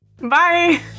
Bye